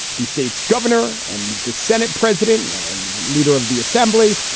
the state's governor and the senate president and leader of the assembly.